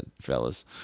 fellas